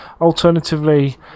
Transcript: Alternatively